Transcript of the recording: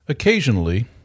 Occasionally